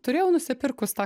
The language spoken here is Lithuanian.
turėjau nusipirkus tą